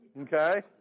Okay